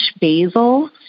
basil